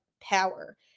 power